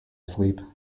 sleep